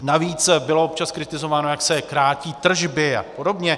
Navíc bylo občas kritizováno, jak se krátí tržby a podobně.